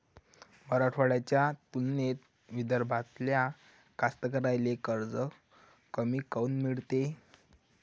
मराठवाड्याच्या तुलनेत विदर्भातल्या कास्तकाराइले कर्ज कमी काऊन मिळते?